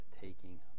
taking